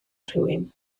rhywun